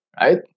right